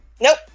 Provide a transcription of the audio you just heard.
Nope